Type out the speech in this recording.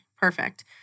perfect